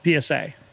PSA